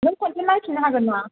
नों खनसे नायफिननो हागोन ना